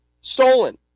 Stolen